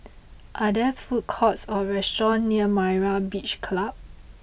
are there food courts or restaurants near Myra's Beach Club